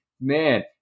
Man